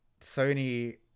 Sony